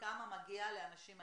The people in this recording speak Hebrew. כמו שיש לנו של ניצולי שואה,